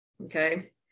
okay